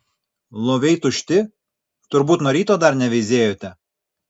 loviai tušti turbūt nuo ryto dar neveizėjote